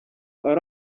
ari